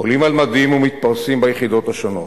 עולים על מדים ומתפרסים ביחידות השונות.